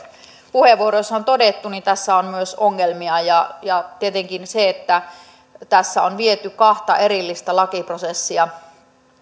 puheenvuoroissa on todettu niin tässä on myös ongelmia ja ja tietenkin se että tässä on viety kahta erillistä lakiprosessia